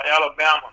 Alabama